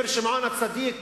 לקבר שמעון הצדיק